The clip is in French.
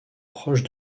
proche